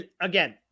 Again